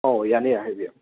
ꯑꯥꯎ ꯌꯥꯅꯤꯌꯦ ꯍꯥꯏꯕꯤꯌꯨ